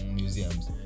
museums